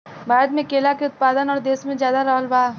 भारत मे केला के उत्पादन और देशो से ज्यादा रहल बा